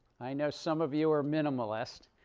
i know some of you are minimalist.